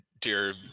dear